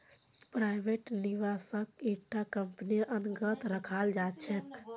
private निवेशकक इटा कम्पनीर अन्तर्गत रखाल जा छेक